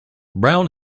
brown